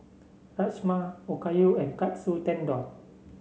Rajma Okayu and Katsu Tendon